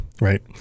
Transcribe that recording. right